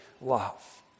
love